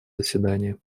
заседании